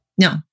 No